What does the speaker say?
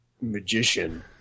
magician